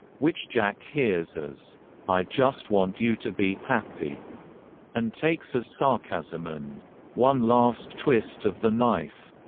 which jack hears as i just want you to be happy and takes as sarcasm and one last twist of the knife.